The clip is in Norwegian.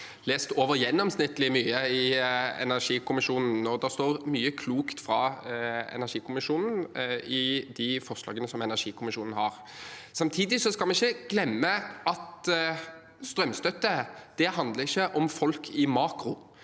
lest over gjennomsnittlig mye fra energikommisjonen. Det står mye klokt fra energikommisjonen i de forslagene de har. Samtidig skal vi ikke glemme at strømstøtte ikke handler om folk i makro.